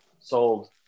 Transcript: sold